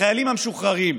החיילים המשוחררים,